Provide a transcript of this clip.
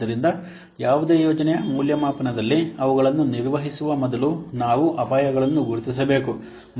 ಆದ್ದರಿಂದ ಯಾವುದೇ ಯೋಜನೆಯ ಮೌಲ್ಯಮಾಪನದಲ್ಲಿ ಅವುಗಳನ್ನು ನಿರ್ವಹಿಸುವ ಮೊದಲು ನಾವು ಅಪಾಯಗಳನ್ನು ಗುರುತಿಸಬೇಕು